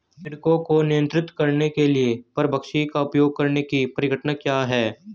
पीड़कों को नियंत्रित करने के लिए परभक्षी का उपयोग करने की परिघटना क्या है?